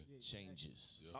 changes